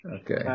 Okay